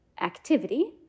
activity